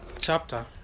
chapter